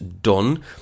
done